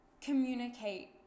communicate